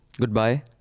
Goodbye